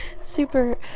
super